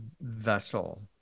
vessel